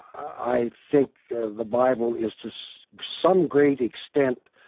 i think the the bible is to so some great extent